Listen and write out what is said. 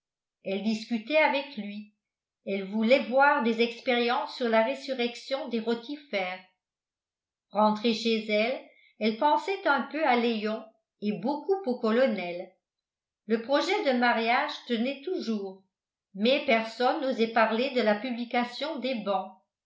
elle discutait avec lui elle voulait voir des expériences sur la résurrection des rotifères rentrée chez elle elle pensait un peu à léon et beaucoup au colonel le projet de mariage tenait toujours mais personne n'osait parler de la publication des bans